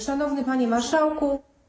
Szanowny Panie Marszałku!